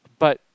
but